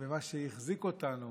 ומה שהחזיק אותנו,